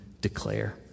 declare